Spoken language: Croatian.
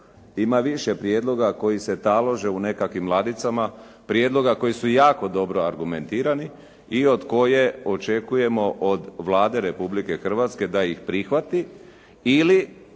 Ima više prijedloga koji se talože u nekakvim ladicama, prijedloga koji su jako dobro argumentirani i od koje očekujemo, od Vlade Republike Hrvatske da ih prihvati ili